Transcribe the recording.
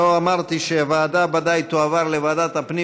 לא אמרתי שההצעה ודאי תועבר לוועדת הפנים